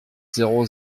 zéro